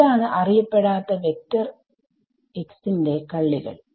ഇതാണ് അറിയപ്പെടാത്ത വെക്ടർ xന്റെ കള്ളികൾ